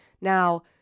Now